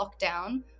lockdown